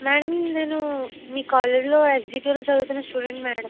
madam నేను మీ కాలేజీలో ఎస్జీటీలో చదువుతున్న స్టూడెంట్ని మ్యాడం